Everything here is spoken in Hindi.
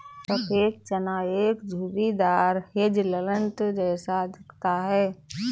सफेद चना एक झुर्रीदार हेज़लनट जैसा दिखता है